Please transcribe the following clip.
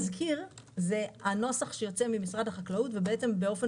תזכיר זה הנוסח שיוצא ממשרד החקלאות ובאופן